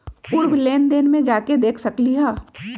पूर्व लेन देन में जाके देखसकली ह?